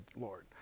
Lord